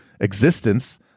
existence